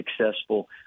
successful